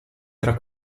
tra